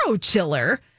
chiller